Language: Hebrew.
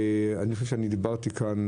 יש בו חשיבות גדולה